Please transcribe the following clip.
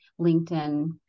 LinkedIn